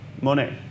money